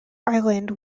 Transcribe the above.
island